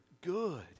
good